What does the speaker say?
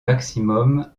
maximum